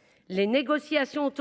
politiquement par une révision du cadre financier pluriannuel. À cet égard, les négociations